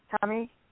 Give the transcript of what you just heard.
Tommy